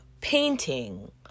painting